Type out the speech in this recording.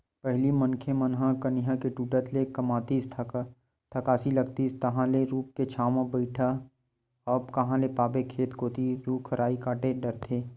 पहिली मनखे मन कनिहा के टूटत ले कमातिस थकासी लागतिस तहांले रूख के छांव म बइठय अब कांहा ल पाबे खेत कोती रुख राई कांट डरथे